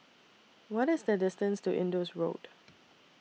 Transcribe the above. What IS The distance to Indus Road